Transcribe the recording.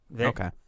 Okay